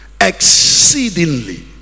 exceedingly